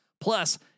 Plus